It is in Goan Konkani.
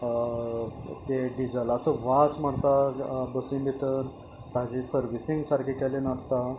तें डिजलाचो वास मारता बसी भितर ताचें सर्विसींग सारकें केल्लें नासता